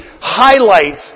highlights